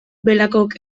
belakok